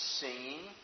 singing